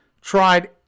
tried